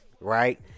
right